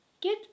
get